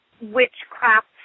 witchcraft